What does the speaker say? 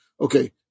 Okay